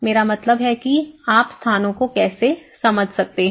मेरा मतलब है कि आप स्थानों को कैसे समझ सकते हैं